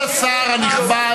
כבוד השר הנכבד,